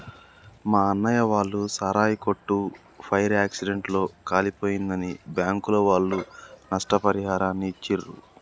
మా అన్నయ్య వాళ్ళ సారాయి కొట్టు ఫైర్ యాక్సిడెంట్ లో కాలిపోయిందని బ్యాంకుల వాళ్ళు నష్టపరిహారాన్ని ఇచ్చిర్రు